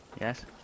Yes